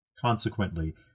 Consequently